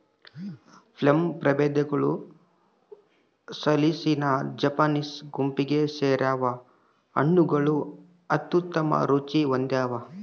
plum ಪ್ರಭೇದಗಳು ಸಾಲಿಸಿನಾ Japanese ಗುಂಪಿಗೆ ಸೇರ್ಯಾವ ಹಣ್ಣುಗಳು ಅತ್ಯುತ್ತಮ ರುಚಿ ಹೊಂದ್ಯಾವ